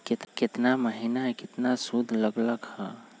केतना महीना में कितना शुध लग लक ह?